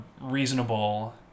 reasonable